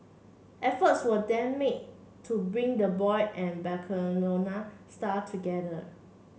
efforts were then made to bring the boy and the star together